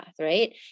Right